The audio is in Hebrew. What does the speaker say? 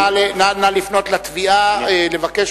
נא לפנות לתביעה, תבקש